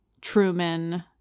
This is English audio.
Truman